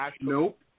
Nope